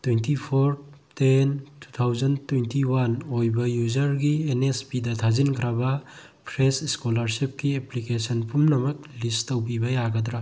twenty four ten two thousand twenty one ꯑꯣꯏꯕ ꯌꯨꯖꯔꯒꯤ N S ꯄꯤꯗ ꯊꯥꯖꯤꯟꯈ꯭ꯔꯕ ꯐ꯭ꯔꯦꯁ ꯁ꯭ꯀꯣꯂꯔꯁꯤꯞꯀꯤ ꯑꯦꯄ꯭ꯂꯤꯀꯦꯁꯟ ꯄꯨꯝꯅꯃꯛ ꯂꯤꯁ ꯇꯧꯕꯤꯕ ꯌꯥꯒꯗ꯭ꯔꯥ